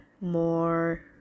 more